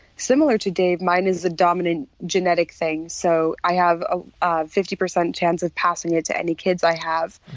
similar to dave mine is the dominant genetic thing, so i have a ah fifty percent chance of passing it to any kids i have.